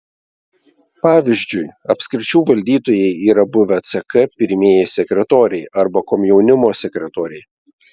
pavyzdžiui apskričių valdytojai yra buvę ck pirmieji sekretoriai arba komjaunimo sekretoriai